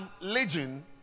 legion